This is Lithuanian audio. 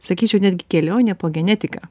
sakyčiau netgi kelionė po genetiką